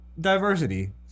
diversity